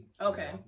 okay